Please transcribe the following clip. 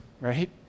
right